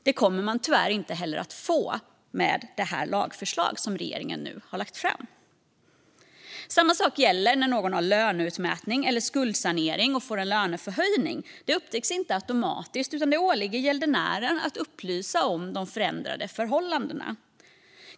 Det kommer man tyvärr inte heller att få med det lagförslag som regeringen nu har lagt fram. Samma sak gäller när någon har löneutmätning eller skuldsanering och får en löneförhöjning. Det upptäcks inte automatiskt, utan det åligger gäldenären att upplysa om de förändrade förhållandena.